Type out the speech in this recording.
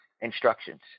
instructions